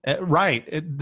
right